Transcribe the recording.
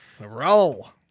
Roll